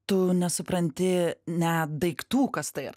tu nesupranti net daiktų kas tai